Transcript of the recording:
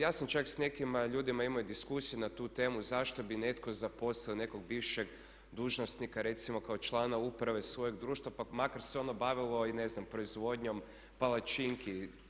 Ja sam čak sa nekim ljudima imao i diskusiju na tu temu zašto bi netko zaposlio nekog bivšeg dužnosnika recimo kao člana uprave svojeg društva pa makar se ono bavilo i ne znam proizvodnjom palačinki.